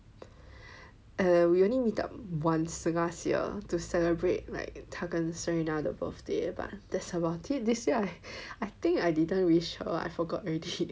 err we only meet up once last year to celebrate like 他跟 Serena 的 birthday but that's about it this year I think I didn't wish her I forgot already